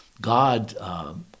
God